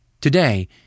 Today